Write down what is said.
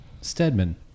Stedman